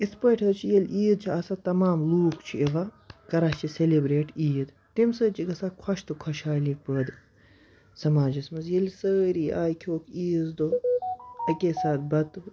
اِتھ پٲٹھۍ حظ چھِ ییٚلہِ عیٖد چھِ آسان تَمام لوٗکھ چھِ یِوان کَران چھِ سیٮ۪لِبریٹ عیٖد تمہِ سۭتۍ چھِ گژھان خۄش تہٕ خۄشحٲلی پٲدٕ سَماجَس منٛز ییٚلہِ سٲری آیہِ کھیٚووُکھ عیٖذ دۄہ اَکے ساتہٕ بَتہٕ